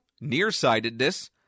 nearsightedness